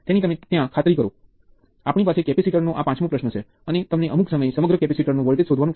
તે જ પ્રવાહ તે બધામાં વહે છે અને એક વસ્તુ જે તમે નોંધ્યું છે તે છે કે જો તમે આ સાથે જોડાયેલ કોઈ વસ્તુ ની લૂપ બનાવો છો તો વાંધો નથી